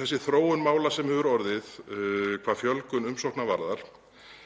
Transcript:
Þessi þróun mála sem hefur orðið hvað fjölgun umsókna varðar